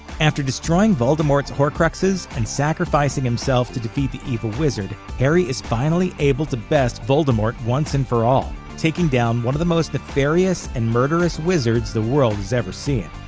after destroying voldemort's horcruxes and sacrificing himself to defeat the evil wizard, harry is finally able to best voldemort once and for all, taking down one of the most nefarious and murderous wizards the world had ever seen.